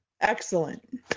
Excellent